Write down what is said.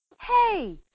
Hey